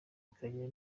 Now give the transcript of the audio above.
bikagera